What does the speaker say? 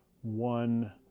one